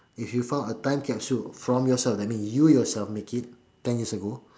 if you found a time capsule from yourself which means you yourself make it ten years ago